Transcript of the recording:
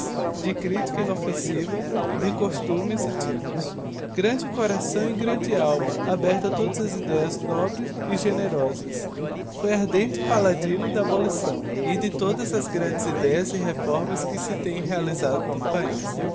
de critica inoffensiva de costumes e typos grande coração e grande alma aberta a todas as idéas nobres e generosas foi ardente paladino da abolição e de todas as grandes idéas e reformas que se têm realisado no paiz